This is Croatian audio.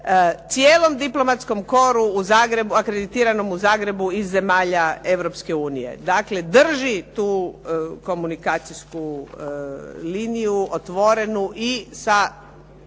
cijelom diplomatskom koru u Zagrebu akreditiranom u Zagrebu iz zemalja Europske unije. Dakle, drži tu komunikacijsku liniju otvorenu i sa